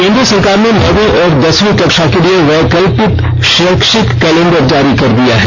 केन्द्र सरकार ने नोंवी और दसवीं कक्षा के लिए वैकल्पित शैक्षिक कैलेंडर जारी कर दिया है